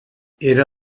era